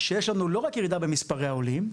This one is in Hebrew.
שיש לנו לא רק ירידה במספרי העולים,